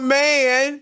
man